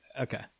okay